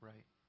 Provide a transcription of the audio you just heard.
Right